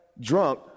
Drunk